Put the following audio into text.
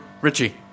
Richie